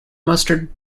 mustard